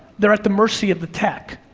they're at the mercy of the tech.